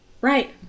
Right